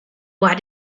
why